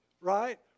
right